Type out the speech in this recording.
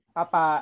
papa